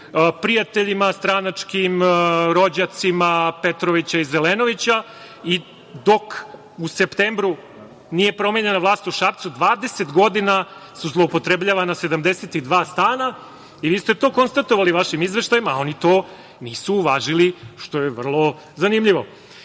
prijateljima, rođacima Petrovića i Zelenovića i dok u septembru nije promenjena vlast u Šapcu, 20 godina su zloupotrebljavana 72 stana i vi ste to konstatovali vašim izveštajem, a oni to nisu uvažili, što je vrlo zanimljivo. Protiv